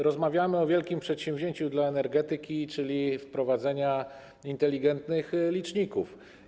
Rozmawiamy o wielkim przedsięwzięciu dla energetyki, czyli o wprowadzeniu inteligentnych liczników.